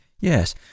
yes